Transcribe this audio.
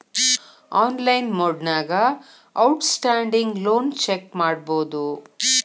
online ಮೊಡ್ನ್ಯಾಗ outstanding loan check ಮಾಡಬೋದು